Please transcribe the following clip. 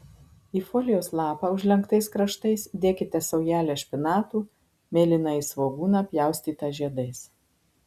į folijos lapą užlenktais kraštais dėkite saujelę špinatų mėlynąjį svogūną pjaustytą žiedais